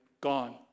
gone